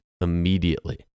immediately